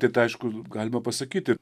tai aišku galima pasakyti